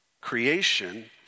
Creation